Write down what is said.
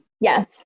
Yes